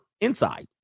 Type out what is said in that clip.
inside